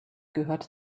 gehört